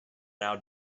now